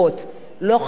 חלילה וחס,